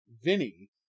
Vinny